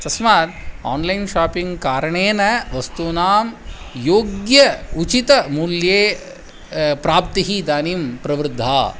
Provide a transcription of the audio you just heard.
तस्मात् online shopping कारणेन वस्तूनां योग्यम् उचितमूल्ये प्राप्तिः इदानीं प्रवृद्धा